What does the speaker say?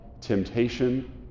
temptation